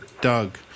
Doug